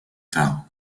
tard